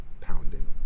pounding